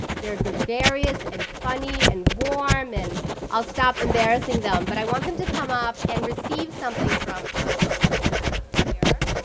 they're gregarious and funny and warm, and i'll stop embarrassing them. but i want them to come up and receive something from us at the ath here.